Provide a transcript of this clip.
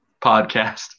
podcast